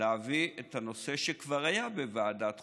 להביא את הנושא, שכבר היה בוועדת החוקה,